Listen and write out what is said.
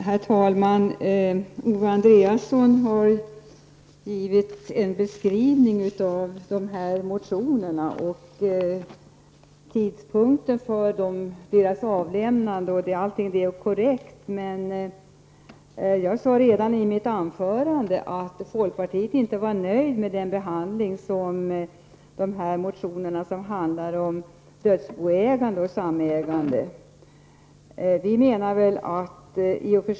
Herr talman! Ove Andréasson har givit en beskrivning av motionerna och tidpunkten för deras avlämnande. Allt det är korrekt, men jag sade redan i mitt första anförande att folkpartiet inte är nöjt med behandlingen av motionerna om dödsboägande och samägande.